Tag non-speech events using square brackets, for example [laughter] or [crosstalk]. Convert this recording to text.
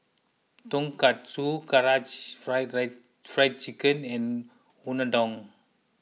Tonkatsu Karaage [unintelligible] Fried Chicken and Unadon